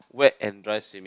wet and dry swimming